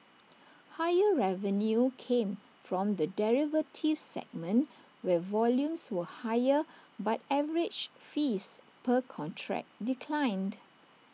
higher revenue came from the derivatives segment where volumes were higher but average fees per contract declined